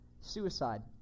suicide